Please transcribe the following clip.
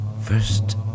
First